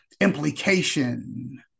implication